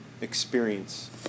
experience